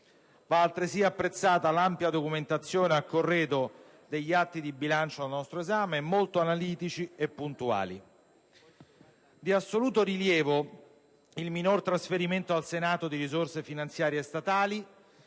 Va altresì apprezzata l'ampia documentazione a corredo degli atti di bilancio al nostro esame, molto analitici e puntuali. Di assoluto rilievo il minore trasferimento al Senato di risorse finanziarie statali,